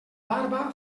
barba